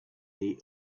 day